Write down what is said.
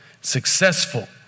successful